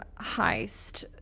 heist